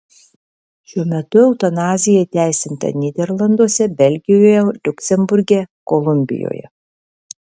šiuo metu eutanazija įteisinta nyderlanduose belgijoje liuksemburge kolumbijoje